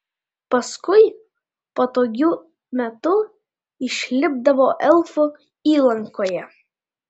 paskui patogiu metu išlipdavo elfų įlankoje